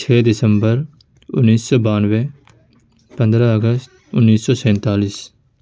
چھ دسمبر انیس سو بانوے پندرہ اگست انیس سو سینتالیس